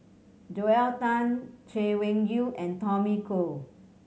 Joel Tan Chay Weng Yew and Tommy Koh